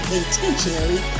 intentionally